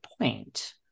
point